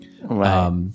Right